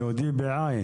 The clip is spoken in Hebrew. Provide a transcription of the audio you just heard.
ייעודי ב-ע'.